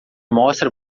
mostra